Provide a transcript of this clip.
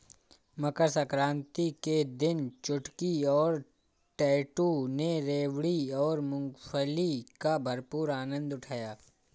मकर सक्रांति के दिन चुटकी और टैटू ने रेवड़ी और मूंगफली का भरपूर आनंद उठाया